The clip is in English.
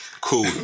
Cool